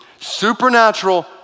supernatural